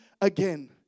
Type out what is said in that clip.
again